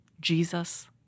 Jesus